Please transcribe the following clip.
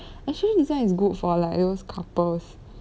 actually this one is good for like those couples